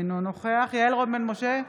אינו נוכח יעל רון בן משה,